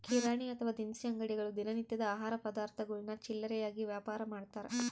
ಕಿರಾಣಿ ಅಥವಾ ದಿನಸಿ ಅಂಗಡಿಗಳು ದಿನ ನಿತ್ಯದ ಆಹಾರ ಪದಾರ್ಥಗುಳ್ನ ಚಿಲ್ಲರೆಯಾಗಿ ವ್ಯಾಪಾರಮಾಡ್ತಾರ